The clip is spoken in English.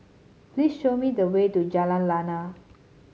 please show me the way to Jalan Lana